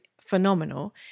phenomenal